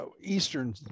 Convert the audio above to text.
eastern